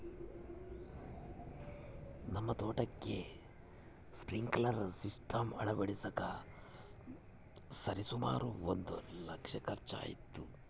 ನಮ್ಮ ತೋಟಕ್ಕೆ sprinkler system ಅಳವಡಿಸಕ ಸರಿಸುಮಾರು ಒಂದು ಲಕ್ಷ ಖರ್ಚಾಯಿತು